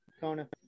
Kona